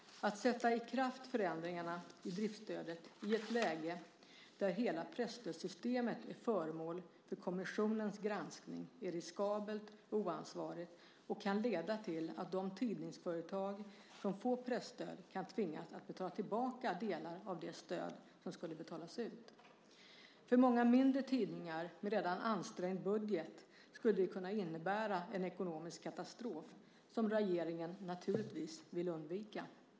Att sätta i kraft förändringarna i driftsstödet i ett läge där hela presstödssystemet är föremål för kommissionens granskning är riskabelt och oansvarigt och kan leda till att de tidningsföretag som får presstöd kan tvingas att betala tillbaka delar av det stöd som skulle betalas ut. För många mindre tidningar med redan ansträngd budget skulle det kunna innebära en ekonomisk katastrof som regeringen naturligtvis vill undvika.